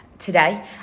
today